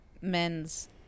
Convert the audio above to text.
men's